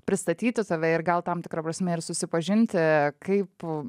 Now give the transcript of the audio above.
pristatyti save ir gal tam tikra prasme ir susipažinti kaip